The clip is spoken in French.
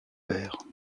vert